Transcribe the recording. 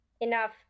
enough